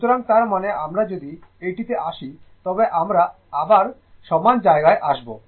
সুতরাং তার মানে আমরা যদি এটিতে আসি তবে আমরা আবার সমান জায়গায় আসব